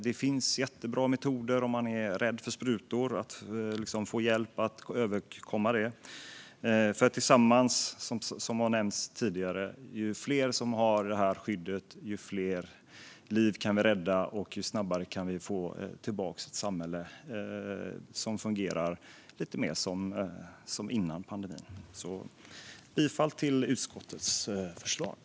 Om man är rädd för sprutor finns det jättebra metoder för att få hjälp med att komma över rädslan. Som har nämnts tidigare: Ju fler som har det här skyddet, desto fler liv kan vi rädda och desto snabbare kan vi få tillbaka ett samhälle som fungerar lite mer som före pandemin. Jag yrkar bifall till utskottets förslag.